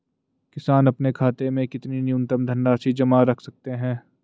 किसान अपने खाते में कितनी न्यूनतम धनराशि जमा रख सकते हैं?